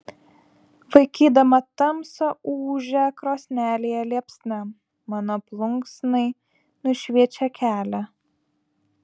vaikydama tamsą ūžia krosnelėje liepsna mano plunksnai nušviečia kelią